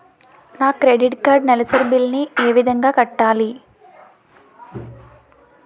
నా credit card నెలసరి bill ని ఏ విధంగా కట్టాలి?